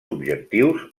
objectius